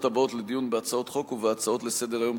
הבאות לדיון בהצעות חוק ובהצעות לסדר-היום,